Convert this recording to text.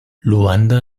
luanda